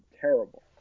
terrible